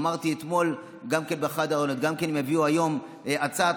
אמרתי אתמול שגם אם יביאו היום הצעת